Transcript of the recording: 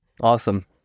Awesome